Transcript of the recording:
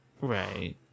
Right